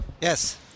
Yes